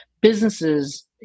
Businesses